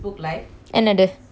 oh